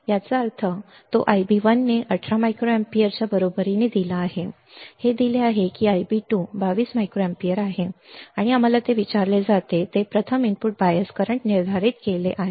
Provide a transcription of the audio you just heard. याचा अर्थ तो Ib1 ने 18 मायक्रोअँपिअर च्या बरोबरीने दिला आहे आणि हे दिले आहे की Ib2 22 मायक्रोअँपिअर बरोबर आहे आणि आम्हाला जे विचारले जाते ते प्रथम इनपुट बायस करंट निर्धारित केले आहे